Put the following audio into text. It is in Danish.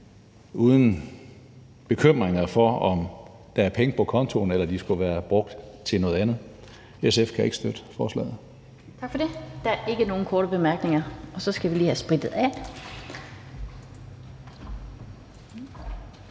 uden bekymringer for, om der er penge på kontoen, eller om de skulle have været brugt til noget andet. SF kan ikke støtte forslaget. Kl. 18:06 Den fg. formand (Annette Lind): Tak for det. Der er ikke nogen korte bemærkninger, og så skal vi lige have sprittet af.